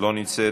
לא נמצאת,